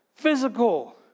physical